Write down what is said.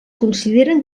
consideren